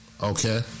Okay